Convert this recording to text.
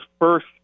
first